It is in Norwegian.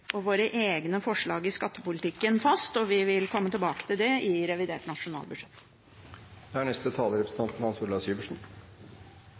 og våre egne forslag i skattepolitikken fast, og vi vil komme tilbake til det i forbindelse med revidert nasjonalbudsjett. Dette er